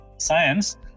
science